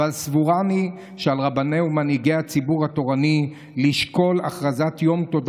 אבל סבורני שעל רבני ומנהיגי הציבור התורני לשקול הכרזת יום תודה